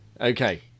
Okay